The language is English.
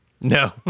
No